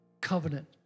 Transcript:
covenant